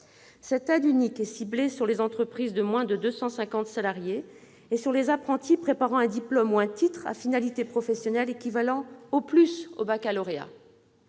Cette aide unique est ciblée sur les entreprises de moins de 250 salariés et sur les apprentis préparant un diplôme ou un titre à finalité professionnelle équivalant au plus au baccalauréat.